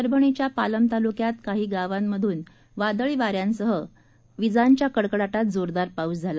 परभणीच्या पालम तालुक्यात काही गावांमधून वादळीवा यांसह संध्याकाळी विजांच्या कडकडाटात जोरदार पाऊस झाला